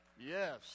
Yes